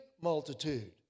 multitude